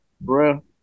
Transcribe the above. bro